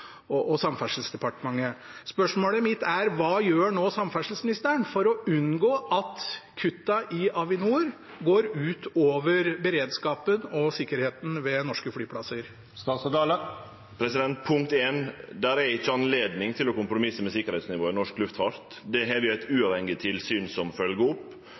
regjeringen og Samferdselsdepartementet. Spørsmålet mitt er: Hva gjør nå samferdselsministeren for å unngå at kuttene i Avinor går ut over beredskapen og sikkerheten ved norske flyplasser? Det er ikkje anledning til å kompromisse med sikkerheitsnivået i norsk luftfart. Det har vi eit uavhengig tilsyn som følgjer opp.